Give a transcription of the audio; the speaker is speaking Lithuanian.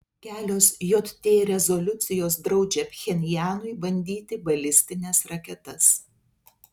kelios jt rezoliucijos draudžia pchenjanui bandyti balistines raketas